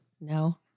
No